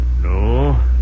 No